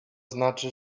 znaczy